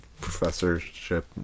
professorship